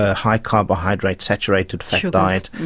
ah high carbohydrates, saturated fat diet.